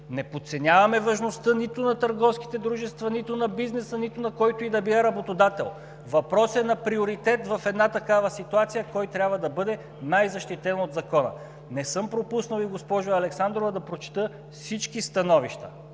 Не подценяваме важността нито на търговските дружества, нито на бизнеса, нито на който и да е работодател, въпросът е на приоритет в една такава ситуация кой трябва да бъде най-защитен от Закона. Не съм пропуснал, госпожо Александрова, да прочета и всички становища,